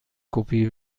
کپی